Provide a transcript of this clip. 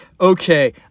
Okay